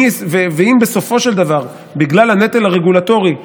ואם בסופו של דבר בגלל הנטל הרגולטורי,